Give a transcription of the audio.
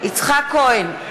יצחק כהן,